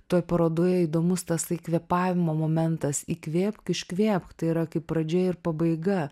toj parodoje įdomus tasai kvėpavimo momentas įkvėpk iškvėpk tai yra kaip pradžia ir pabaiga